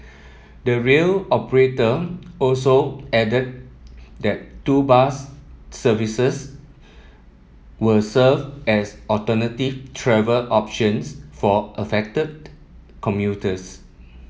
the rail operator also added that two bus services will serve as alternative travel options for affected commuters